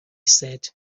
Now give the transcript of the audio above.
said